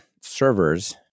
servers